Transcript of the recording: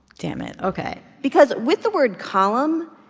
damn it. ok because with the word column,